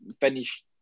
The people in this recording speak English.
finish